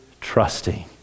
trusting